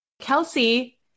Kelsey